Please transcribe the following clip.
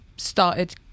started